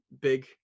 big